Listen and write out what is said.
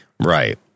Right